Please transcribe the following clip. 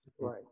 Right